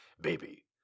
Baby